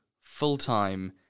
full-time